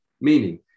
meaning